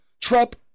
Trump